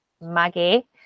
maggie